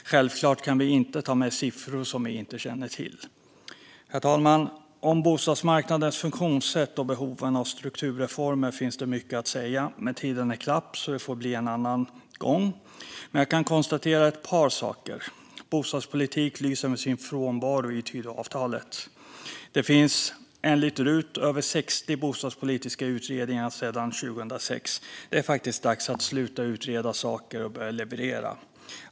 Självklart kan vi inte ta med siffror som vi inte känner till. Herr talman! Om bostadsmarknadens funktionssätt och behoven av strukturreformer finns det mycket att säga. Tiden är dock knapp, så det får bli en annan gång. Men jag kan konstatera ett par saker. Bostadspolitik lyser med sin frånvaro i Tidöavtalet. Det finns enligt RUT över 60 bostadspolitiska utredningar sedan 2006. Det är faktiskt dags att sluta utreda saker och börja leverera.